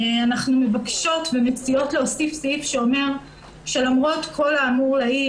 אנחנו מבקשות ומציעות להוסיף סעיף שאומר שלמרות כל האמור לעיל,